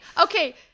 okay